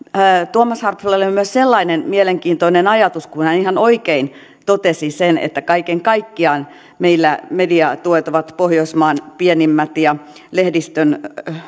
tuomas harpfilla oli myös sellainen mielenkiintoinen ajatus kun hän ihan oikein totesi sen että kaiken kaikkiaan meillä mediatuet ovat pohjoismaiden pienimmät ja lehdistön